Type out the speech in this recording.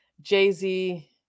Jay-Z